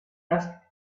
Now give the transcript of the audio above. asked